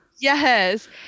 yes